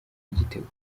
igitego